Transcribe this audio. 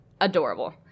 adorable